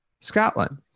Scotland